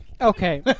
Okay